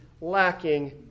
lacking